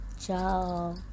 Ciao